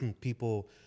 people